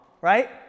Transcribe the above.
right